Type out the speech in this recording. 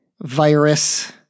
virus